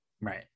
Right